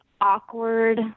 awkward